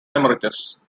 emeritus